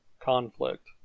conflict